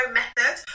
method